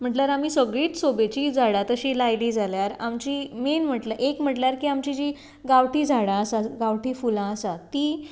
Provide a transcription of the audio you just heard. म्हटल्यार आमी सगळींत सोबेचीं झाडां तशीं लायलीं जाल्यार आमचीं मेन म्हटल्यार एक म्हटल्यार की आमची जीं गांवठी झाडां आसा गांवठी फुलां आसा तीं